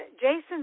Jason